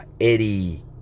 Eddie